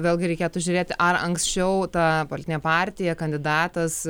vėl gi reikėtų žiūrėti ar anksčiau ta partinė partija kandidatas